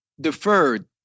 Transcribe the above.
deferred